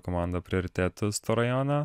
komanda prioritetus to rajono